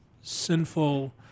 sinful